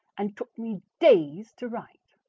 and took me days to write.